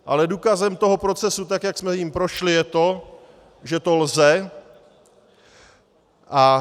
Ale důkazem toho procesu, tak jak jsme jím prošli, je to, že to lze.